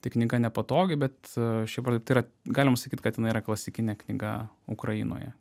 tai knyga nepatogi bet šiaip ar taip tai yra galima sakyt kad jinai yra klasikinė knyga ukrainoje